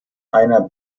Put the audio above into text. einer